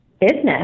business